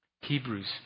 Hebrews